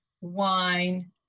wine